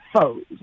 foes